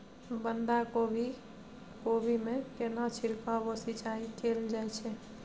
बंधागोभी कोबी मे केना छिरकाव व सिंचाई कैल जाय छै?